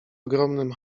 ogromnym